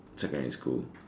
secondary school